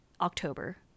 October